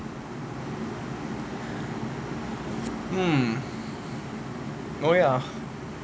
mm oh ya